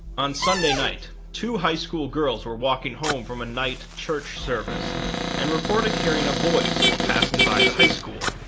on sunday night, two high school girls were walking home from a night church service and reported hearing a voice while passing by the high school,